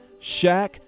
Shaq